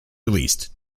released